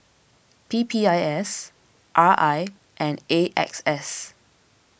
P P I S R I and A X S